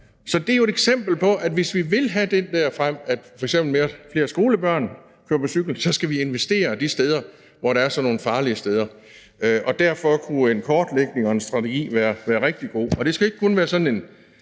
Så det er jo et eksempel på, at hvis vi vil have det der med, at f.eks flere skolebørn skal køre på cykel, så skal vi investere de steder, hvor der er sådan nogle farlige veje. Derfor kunne en kortlægning og en strategi være rigtig god, og det skal ikke kun være sådan en